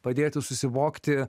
padėti susivokti